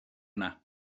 yna